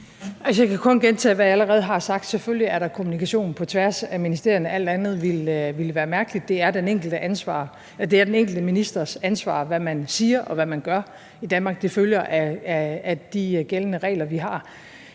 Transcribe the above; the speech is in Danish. Jeg kan kun gentage, hvad jeg allerede har sagt: Selvfølgelig er der kommunikation på tværs af ministerierne, alt andet ville være mærkeligt. Det er den enkelte ministers ansvar, hvad man siger, og hvad man gør, i Danmark; det følger af de gældende regler, vi har.